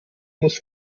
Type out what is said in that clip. muss